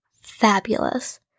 fabulous